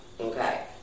okay